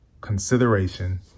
consideration